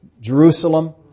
Jerusalem